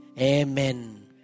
Amen